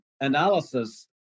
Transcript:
analysis